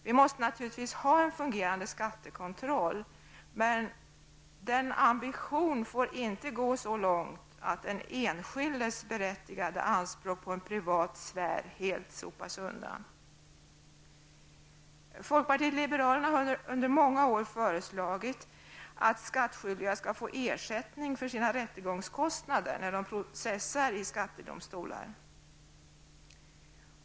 Vi måste naturligtvis ha en fungerande skattekontroll, men denna ambition får inte gå så långt att den enskildes bertättigade anspråk på en privat sfär helt sopas undan. Folkpartiet liberalerna har under många år föreslagit att skattskyldiga skall få ersättning för sina rättegångskostnader när de processar i skattedomstolar.